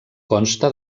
consta